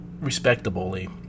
respectably